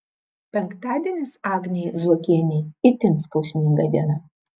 penktadienis agnei zuokienei itin skausminga diena